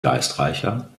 geistreicher